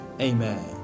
amen